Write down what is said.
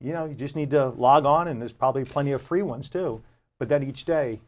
you know you just need to log on and there's probably plenty of free ones too but then each day